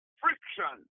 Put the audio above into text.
friction